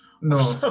No